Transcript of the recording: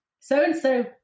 so-and-so